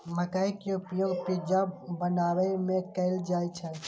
मकइ के उपयोग पिज्जा बनाबै मे कैल जाइ छै